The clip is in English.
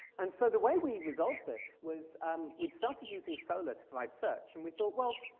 and so the way we resolved this was um we'd started using solr to provide search. and we thought, well,